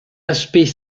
aspect